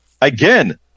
again